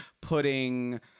putting